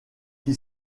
qui